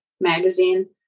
magazine